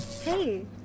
Hey